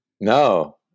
No